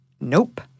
Nope